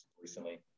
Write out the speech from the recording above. recently